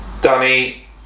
Danny